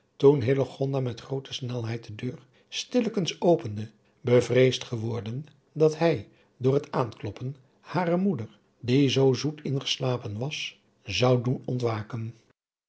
toen hillegonda met groote snelheid de deur stillekens opende bevreesd geworden dat hij door het aankloppen hare moeder die zoo zoet ingeslapen was zou doen ontwaken